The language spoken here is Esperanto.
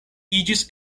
iĝis